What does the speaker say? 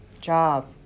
job